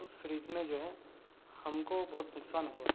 اس fridge میں جو ہے ہم کو بہت نقصان ہوا